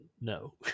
no